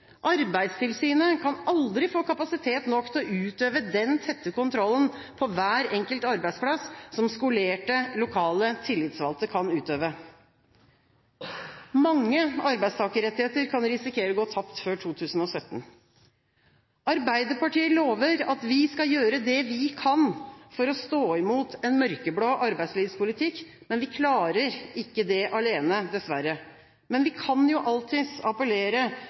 Arbeidstilsynet kan aldri få kapasitet nok til å utøve den tette kontrollen på hver enkelt arbeidsplass som skolerte, lokale tillitsvalgte kan utøve. Mange arbeidstakerrettigheter kan risikere å gå tapt før 2017. Vi i Arbeiderpartiet lover at vi skal gjøre det vi kan for å stå imot en mørkeblå arbeidslivspolitikk, men vi klarer det ikke alene, dessverre. Men vi kan